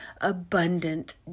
abundant